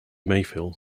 mayfield